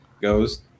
goes